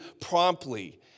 promptly